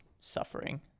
suffering